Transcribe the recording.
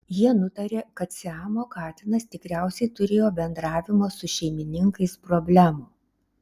jie nutarė kad siamo katinas tikriausiai turėjo bendravimo su šeimininkais problemų